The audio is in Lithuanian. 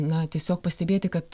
na tiesiog pastebėti kad